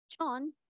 John